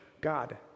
God